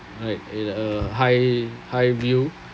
like in a high high view